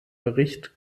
bericht